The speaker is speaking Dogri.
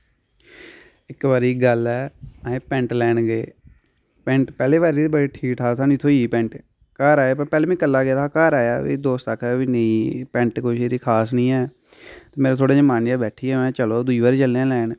इक बारी दी गल्ल ऐ अस पैंट लैन गे पैंट पैह्लै बारी ते बड़ी ठीक ठाक सानू थ्होई गेई पैंट घर आया पैह्लें में कल्ला गेदा हा घर आया ते दोस्त आखा दा भाई नेईं पैंट कोई खास नेईं ऐ मेरा थोह्ड़ा मन जेहा बैठी गेआ ठीक ऐ महां दुई बारी चलने आं लैन